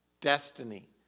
destiny